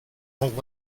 old